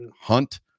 hunt